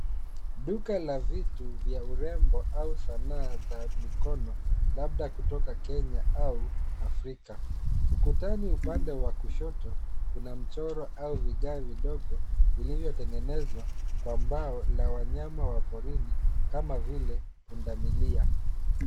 Duka la vitu vya urembo au sanaa za mikono labda kutoka Kenya au Afrika, ukutani upande wa kushoto kuna mchoro au vigae vidogo vilivyotengnezwa na mbao la wanyama wa porini kama vile pundamilia.